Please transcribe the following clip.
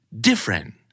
Different